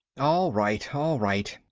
all right, all right,